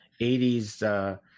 80s